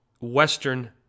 Western